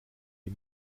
die